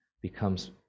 becomes